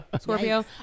Scorpio